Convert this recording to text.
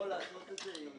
טמיר, אתה יכול לעשות את זה?